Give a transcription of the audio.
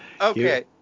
Okay